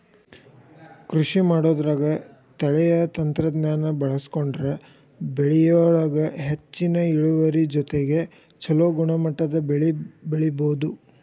ಕೃಷಿಮಾಡೋದ್ರಾಗ ತಳೇಯ ತಂತ್ರಜ್ಞಾನ ಬಳಸ್ಕೊಂಡ್ರ ಬೆಳಿಯೊಳಗ ಹೆಚ್ಚಿನ ಇಳುವರಿ ಜೊತೆಗೆ ಚೊಲೋ ಗುಣಮಟ್ಟದ ಬೆಳಿ ಬೆಳಿಬೊದು